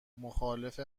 مخالف